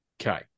Okay